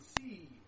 see